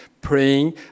praying